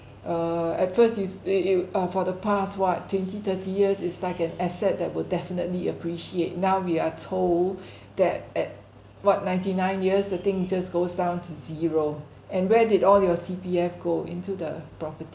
err at first if they you uh for the past what twenty thirty years it's like an asset that will definitely appreciate now we are told that at what ninety-nine years the thing just goes down to zero and where did all your C_P_F go into the property